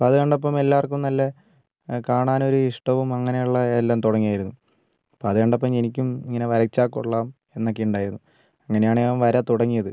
അപ്പം അത് കണ്ടപ്പം എല്ലാർക്കും നല്ല കാണാൻ ഒരു ഇഷ്ടവും അങ്ങനെയുള്ള എല്ലാം തുടങ്ങിയിരുന്നു അപ്പോൾ അത് കണ്ടപ്പോൾ എനിക്കും ഇങ്ങനെ വരച്ചാൽ കൊള്ളാം എന്നൊക്കെ ഇണ്ടായിരുന്നു അങ്ങനെയാണ് ഞാൻ വര തുടങ്ങിയത്